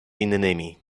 innymi